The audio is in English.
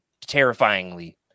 terrifyingly